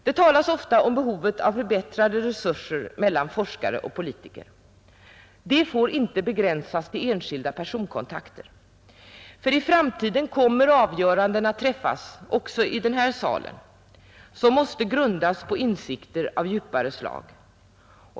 Det talas ofta om behovet av förbättrade förhållanden mellan forskare och politiker. De får inte begränsas till enskilda personkontakter. I framtiden kommer avgöranden att träffas också i denna sal som måste grundas på insikter av djupare slag.